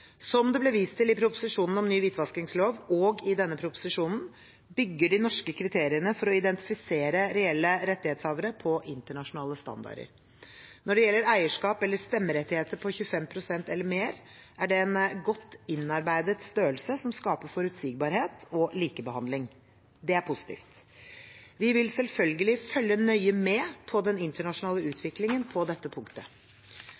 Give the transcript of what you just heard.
Som det ble vist til i proposisjonen om ny hvitvaskingslov og i denne proposisjonen, bygger de norske kriteriene for å identifisere reelle rettighetshavere på internasjonale standarder. Når det gjelder eierskap eller stemmerettigheter på 25 pst. eller mer, er det en godt innarbeidet størrelse som skaper forutsigbarhet og likebehandling. Det er positivt. Vi vil selvfølgelig følge nøye med på den internasjonale